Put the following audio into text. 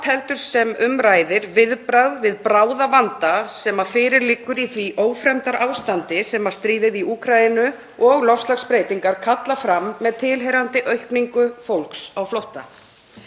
heldur sem um ræðir viðbragð við bráðavanda sem fyrir liggur í því ófremdarástandi sem stríðið í Úkraínu og loftslagsbreytingar kalla fram með tilheyrandi aukningu fólks á flótta.